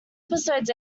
episodes